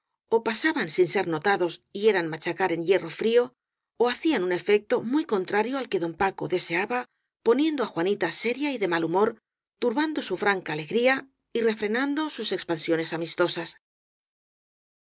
ó pasaban sin ser notados y eran machacar en hierro frío ó hacían un efecto muy contrario al que don paco deseaba poniendo á juanita seria y de mal humor turbando su franca alegría y refrenando sus expansiones amistosas